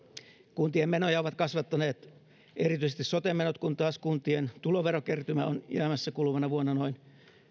kuntien menoja ovat kasvattaneet erityisesti sote menot kun taas kuntien tuloverokertymä on jäämässä kuluvana vuonna noin